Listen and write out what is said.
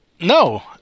no